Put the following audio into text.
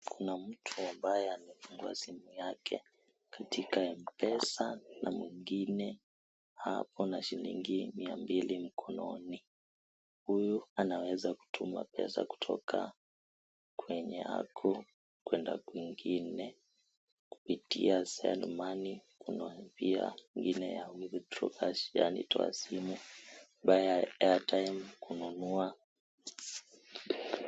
Kuna mtu ambaye amefungua simu yake. Katika Mpesa na mwingine ako na shilingi miambili mkononi. Huyu anaweza kutuma pesa kutoka kwenye ako kwenda kwingine, kupitia send money kuna pia ingine ya withdraw cash , yaani toa simu, buy airtime kununua.